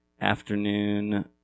afternoon